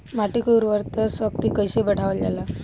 माटी के उर्वता शक्ति कइसे बढ़ावल जाला?